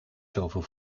zoveel